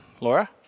Laura